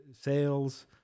sales